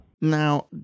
Now